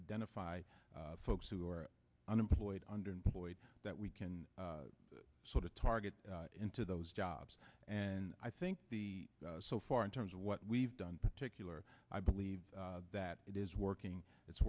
identify folks who are unemployed underemployed that we can sort of target into those jobs and i think the so far in terms of what we've done particular i believe that it is working it's